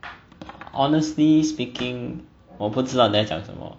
honestly speaking 我不知道你在讲什么